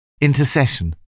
Intercession